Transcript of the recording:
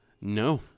No